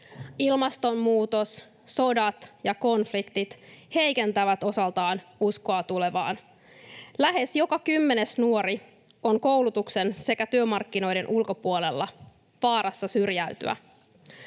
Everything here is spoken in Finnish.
Ilmastonmuutos, sodat ja konfliktit heikentävät osaltaan uskoa tulevaan. Lähes joka kymmenes nuori on koulutuksen sekä työmarkkinoiden ulkopuolella — vaarassa syrjäytyä.